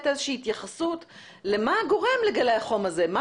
איזושהי התייחסות למה גורם לגלי החום האלה,